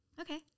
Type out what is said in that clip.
okay